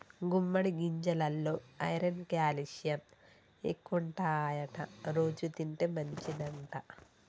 గుమ్మడి గింజెలల్లో iron calcium ఎక్కువుంటాయట రోజు తింటే మంచిదంట